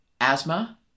asthma